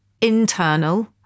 internal